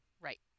Right